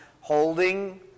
holding